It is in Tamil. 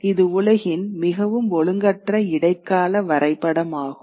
இது உலகின் மிகவும் ஒழுங்கற்ற இடைக்கால வரைபடமாகும்